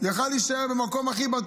מה אני צריך לצאת?